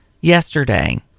yesterday